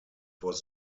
was